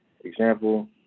example